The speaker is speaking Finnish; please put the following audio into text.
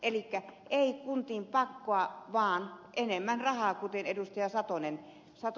eli ei kuntiin pakkoa vaan enemmän rahaa kuten ed